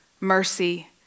mercy